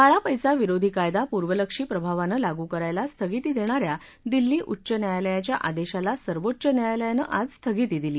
काळा पैसा विरोधी कायदा पूर्वलक्षी प्रभावानं लागू करायला स्थगिती देणा या दिल्ली उच्च न्यायालयाच्या आदेशाला सर्वोच्च न्यायालयानं आज स्थगिती दिली